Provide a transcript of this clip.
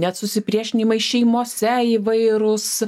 net susipriešinimai šeimose įvairūs